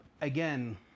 again